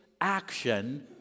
action